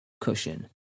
cushion